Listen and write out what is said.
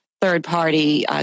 third-party